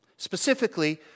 Specifically